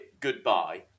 Goodbye